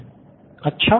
student ३ अच्छा